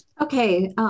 Okay